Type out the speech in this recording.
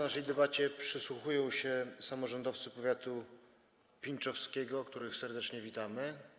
Naszej debacie przysłuchują się samorządowcy powiatu pińczowskiego, których serdecznie witamy.